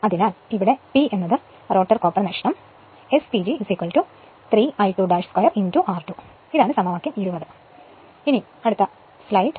അതിനാൽ ഇവിടെ p എന്നത് റോട്ടർ കോപ്പർ നഷ്ടം S PG 3 I2 2 r2 ഇത് സമവാക്യം 20 ആണ്